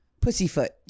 Pussyfoot